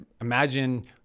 imagine